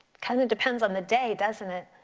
kind of it depends on the day doesn't it?